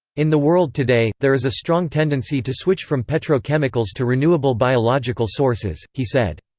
in the world today, there is a strong tendency to switch from petrochemicals to renewable biological sources he said.